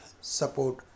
support